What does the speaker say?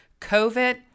COVID